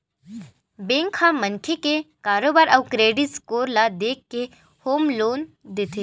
bank ह मनखे के कारोबार अउ क्रेडिट स्कोर ल देखके होम लोन देथे